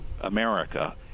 america